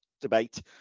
debate